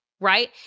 right